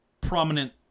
prominent